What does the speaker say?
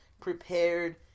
prepared